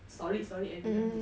solid solid evidence